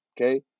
okay